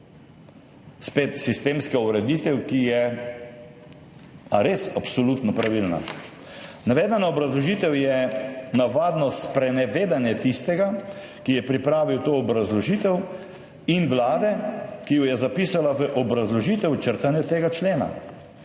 Spet sistemska ureditev. A je res absolutno pravilna? Navedena obrazložitev je navadno sprenevedanje tistega, ki je pripravil to obrazložitev in Vlade, ki jo je zapisala v obrazložitev črtanja tega člena.